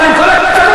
אבל עם כל הכבוד,